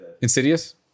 Insidious